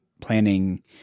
planning